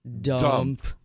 Dump